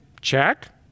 check